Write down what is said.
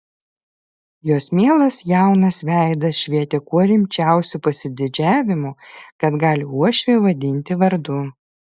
jos mielas jaunas veidas švietė kuo rimčiausiu pasididžiavimu kad gali uošvį vadinti vardu